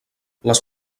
les